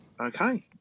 Okay